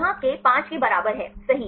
यहाँ k 5 के बराबर है सही